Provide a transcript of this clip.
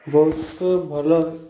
ବହୁତ ଭଲ